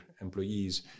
employees